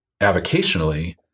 avocationally